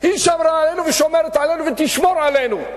היא שמרה עלינו ושומרת עלינו ותשמור עלינו,